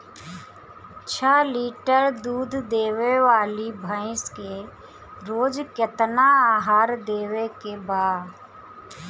छह लीटर दूध देवे वाली भैंस के रोज केतना आहार देवे के बा?